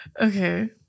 Okay